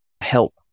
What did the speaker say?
help